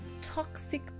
toxic